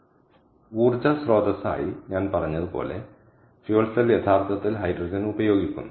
അതിനാൽ ഊർജ്ജ സ്രോതസ്സായി ഞാൻ പറഞ്ഞതുപോലെ ഇന്ധന സെൽ യഥാർത്ഥത്തിൽ ഹൈഡ്രജൻ ഉപയോഗിക്കുന്നു